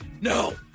no